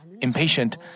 impatient